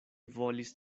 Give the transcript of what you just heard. volis